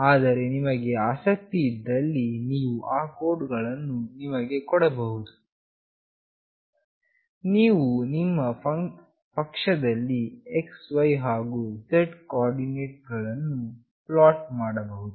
ಆದರೆ ನಿಮಗೆ ಆಸಕ್ತಿ ಇದ್ದಲ್ಲಿ ನಾವು ಆ ಕೋಡ್ ಗಳನ್ನು ನಿಮಗೆ ಕೊಡಬಹುದು ನೀವು ನಿಮ್ಮ ಪಕ್ಷದಲ್ಲಿ xy ಹಾಗು z ಕೋಆರ್ಡಿನೇಟ್ ಗಳನ್ನು ಪ್ಲಾಟ್ ಮಾಡಬಹುದು